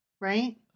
right